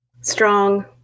strong